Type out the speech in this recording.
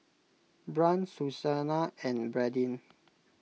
Brant Susannah and Brandyn